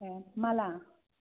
ए माला